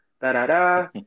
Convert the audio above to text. Da-da-da